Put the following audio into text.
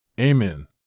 Amen